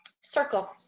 Circle